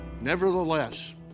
Nevertheless